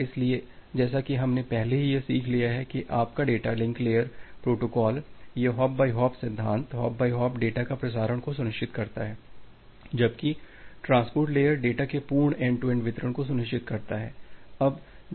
इसलिए जैसा कि हमने पहले ही यह सीख लिया है कि आपका डेटा लिंक लेयर प्रोटोकॉल यह हॉप बाई हॉप सिधांत हॉप बाई हॉप डेटा का प्रसारण को सुनिश्चित करता है जबकि ट्रांसपोर्ट लेयर डेटा के पूर्ण एन्ड टू एन्ड वितरण को सुनिश्चित करता है